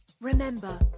Remember